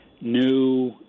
new